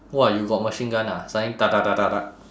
!wah! you got machine gun ah suddenly